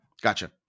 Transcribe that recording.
Gotcha